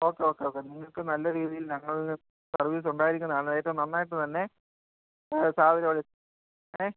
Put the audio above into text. okay okay okay നിങ്ങൾക്ക് നല്ല രീതിയിൽ ഞങ്ങളിൽനിന്ന് സർവീസ് ഉണ്ടായിരിക്കുന്നതാണ് ഏറ്റവും നന്നായിട്ട് തന്നെ ഏ